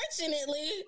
Unfortunately